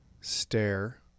stare